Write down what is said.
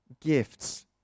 gifts